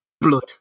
blood